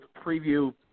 preview